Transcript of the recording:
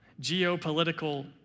geopolitical